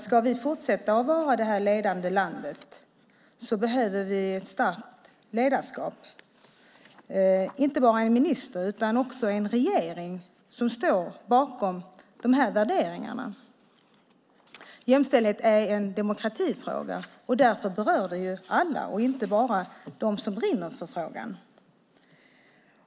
Ska vi fortsätta att vara det ledande landet behöver vi ett starkt ledarskap - inte bara en minister, utan också en regering som står bakom dessa värderingar. Jämställdhet är en demokratifråga. Därför berör den alla, inte bara dem som brinner för frågan.